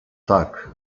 tak